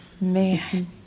Man